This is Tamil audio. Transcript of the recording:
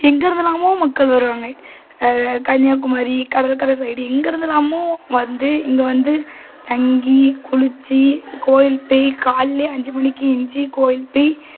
எங்கே இருந்துல்லாமோ மக்கள் வருவாங்க கன்னியாகுமரி கடல்கரை சைடு எங்கே இருந்துல்லாமோ வந்து இங்கே வந்து தங்கி குளிச்சு கோயில் போய் காலைலயே அஞ்சு மணிக்கு எந்திச்சு கோயில் போய்